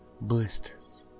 blisters